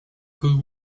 good